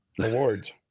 awards